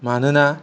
मानोना